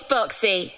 Boxy